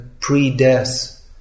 pre-death